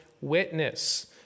witness